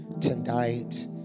tonight